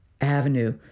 avenue